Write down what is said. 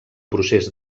procés